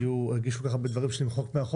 כי הוא הגיש כל כך הרבה דברים למחוק מהחוק,